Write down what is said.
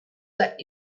that